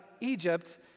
Egypt